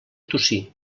tossir